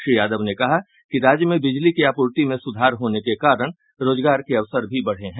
श्री यादव ने कहा कि राज्य में बिजली की आपूर्ति में सुधार होने के कारण रोजगार के अवसर भी बढ़े हैं